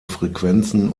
frequenzen